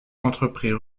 entreprit